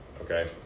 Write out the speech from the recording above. okay